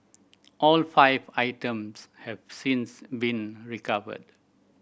all five items have since been recovered